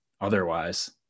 otherwise